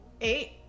eight